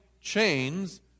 chains